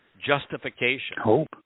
justification